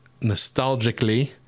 nostalgically